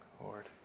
Lord